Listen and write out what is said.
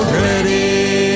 ready